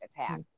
attack